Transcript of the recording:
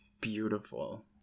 Beautiful